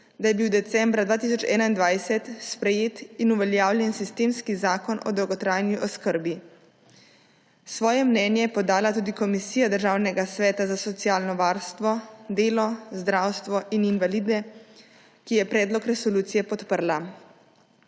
da je bil decembra 2021 sprejet in uveljavljen sistemski zakon o dolgotrajni oskrbi. Svoje mnenje je podala tudi Komisija Državnega sveta za socialno varstvo, delo, zdravstvo in invalide, ki je predlog resolucije podprla.